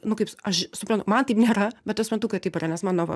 nu kaip aš suprantu man taip nėra bet suprantu kad taip yra nes mano va